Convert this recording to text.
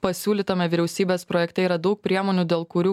pasiūlytame vyriausybės projekte yra daug priemonių dėl kurių